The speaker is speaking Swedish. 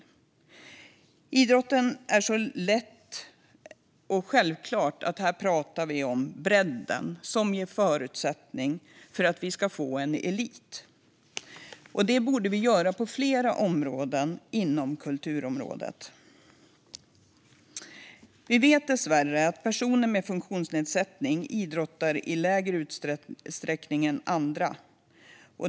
När det gäller idrotten är det så lätt och självklart att prata om bredden som ger förutsättningar för att vi ska få en elit. Det borde vi göra på fler områden inom kulturområdet. Vi vet dessvärre att personer med funktionsnedsättning idrottar i mindre utsträckning än andra.